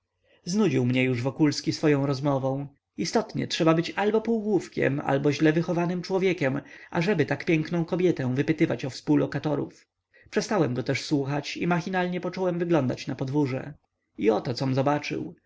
znudził mnie już wokulski swoją rozmową istotnie trzeba być albo półgłówkiem albo źle wychowanym człowiekiem ażeby tak piękną kobietę wypytywać o współlokatorów przestałem go też słuchać i machinalnie począłem wyglądać na podwórze i oto com zobaczył